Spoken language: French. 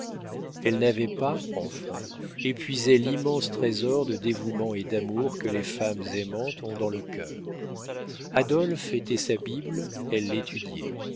elle n'avait pas enfin épuisé l'immense trésor de dévouement et d'amour que les femmes aimantes ont dans le cœur adolphe était sa bible elle l'étudiait